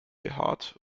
behaart